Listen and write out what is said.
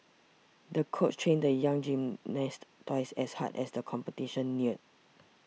the coach trained the young gymnast twice as hard as the competition neared